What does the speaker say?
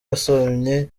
abasomyi